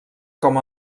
com